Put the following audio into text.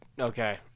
Okay